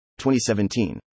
2017